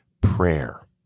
Prayer